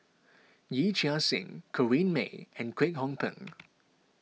Yee Chia Hsing Corrinne May and Kwek Hong Png